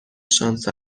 شانس